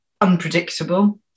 unpredictable